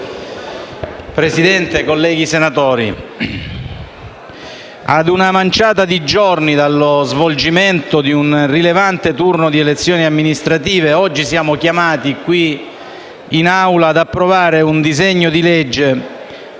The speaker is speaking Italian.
Presidente, colleghi senatori, a una manciata di giorni dallo svolgimento di un rilevante turno di elezioni amministrative oggi siamo chiamati qui in Aula ad approvare un disegno di legge